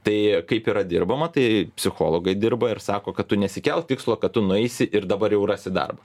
tai kaip yra dirbama tai psichologai dirba ir sako kad tu nesikelk tikslo kad tu nueisi ir dabar jau rasi darbą